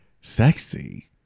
sexy